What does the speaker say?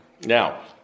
Now